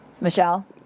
Michelle